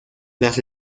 las